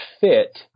fit